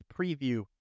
preview